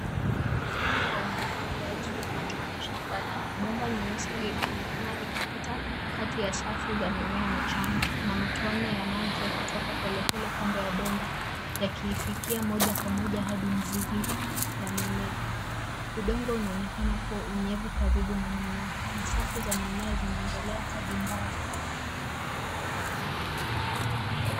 Mfumo wa umwagiliaji wa matone shambani. Bomba nyeusi linaonekana likipita kati ya safu za mimea michanga na matone ya maji yakitoka polepole kando ya bomba yakiifikia moja kwa moja hadi mizizi ya mimea. Udongo unaonekana kuwa unyevu karibu na mimea na safu za mimea zinaendelea hadi mbali.